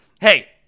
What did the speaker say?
Hey